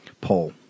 poll